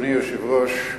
אדוני היושב-ראש,